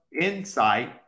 insight